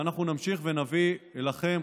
ואנחנו נמשיך ונביא לכם,